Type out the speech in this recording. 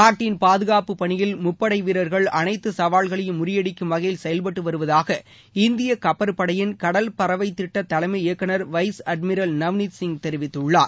நாட்டின் பாதுகாப்புப்பணியில் முப்படை வீரர்கள் அனைத்து சவால்களையும் முறியடிக்கும் வகையில் செயல்பட்டு வருவதாக இந்திய கப்பற்படையின் கடல் பறவை திட்ட தலைமை இயக்குனர் வைஸ் அட்மிரல் நவ்னீத் சிங் தெரிவித்துள்ளார்